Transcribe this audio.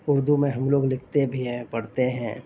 اردو میں ہم لوگ لکھتے بھی ہیں پڑھتے ہیں